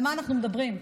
מעל מה אנחנו מדברים?